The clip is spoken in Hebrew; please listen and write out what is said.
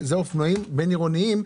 אופנועים בין-עירוניים.